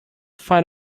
find